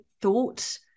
thought